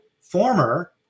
former